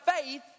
faith